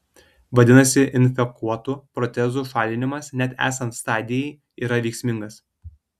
vadinasi infekuotų protezų šalinimas net esant stadijai yra veiksmingas